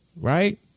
Right